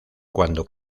cuando